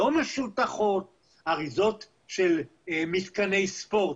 לא משוטחות אריזות של מתקני ספורט,